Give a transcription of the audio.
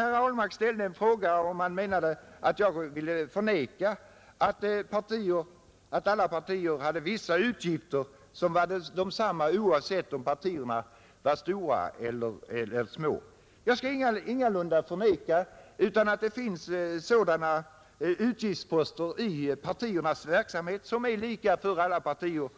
Herr Ahlmark frågade om jag ville förneka att alla partier hade vissa utgifter som var desamma oavsett om partierna var stora eller små. Jag skall ingalunda förneka att det finns utgiftsposter i partiernas verksamhet som är lika för alla partier.